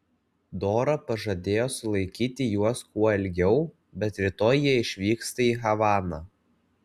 dora pažadėjo sulaikyti juos kuo ilgiau bet rytoj jie išvyksta į havaną